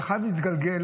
אתה חייב להתגלגל.